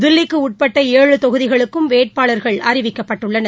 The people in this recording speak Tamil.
தில்லிக்குஉட்பட்ட ஏழு தொகுதிகளுக்கும் வேட்பாளர்கள் அறிவிக்கப்பட்டுள்ளனர்